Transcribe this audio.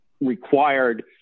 required